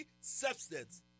substance